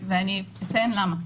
ואני אציין למה.